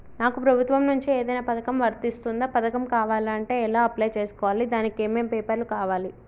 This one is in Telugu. నాకు ప్రభుత్వం నుంచి ఏదైనా పథకం వర్తిస్తుందా? పథకం కావాలంటే ఎలా అప్లై చేసుకోవాలి? దానికి ఏమేం పేపర్లు కావాలి?